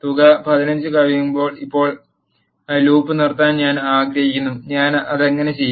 തുക 15 കവിയുമ്പോൾ ഇപ്പോൾ ലൂപ്പ് നിർത്താൻ ഞാൻ ആഗ്രഹിക്കുന്നു ഞാൻ അത് എങ്ങനെ ചെയ്യും